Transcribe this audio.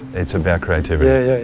it's about creativity. yeah,